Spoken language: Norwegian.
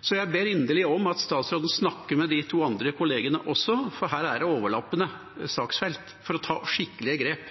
Så jeg ber inderlig om at statsråden snakker med de to andre kollegene sine, for her er det overlappende saksfelt, for å ta skikkelige grep.